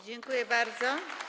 Dziękuję bardzo.